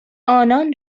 آنان